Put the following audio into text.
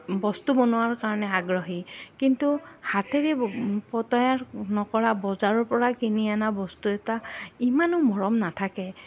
বস্তু বনোৱাৰ কাৰণে আগ্ৰহী কিন্তু হাতেৰে তৈয়াৰ নকৰা বজাৰৰ পৰা কিনি অনা বস্তু এটা ইমানো মৰম নাথাকে